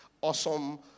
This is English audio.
awesome